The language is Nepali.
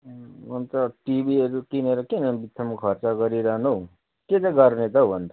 अन्त टिभीहरू किनेर किन बित्थामा खर्च गरिरहनु के चाहिँ गर्ने त हो अन्त